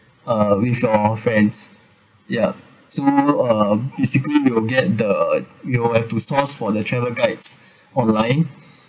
uh with your friends yup so uh basically you will get the you'll have to source for the travel guides online